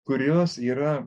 kurios yra